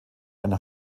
einer